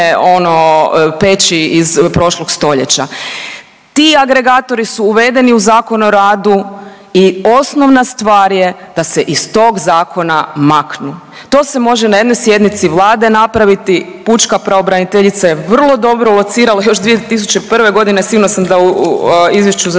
peći iz prošlog stoljeća. Ti agregatori su uvedeni u Zakon o radu i osnovna stvar je da se iz tog zakona maknu. To se može na jednoj sjednici Vlade napraviti, pučka pravobraniteljica je vrlo dobro locirala još 2001.g., sigurna sam da u izvješću za